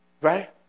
Right